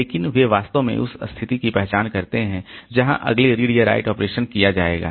लेकिन वे वास्तव में उस स्थिति की पहचान करते हैं जहां अगले रीड या राइट ऑपरेशन किया जाएगा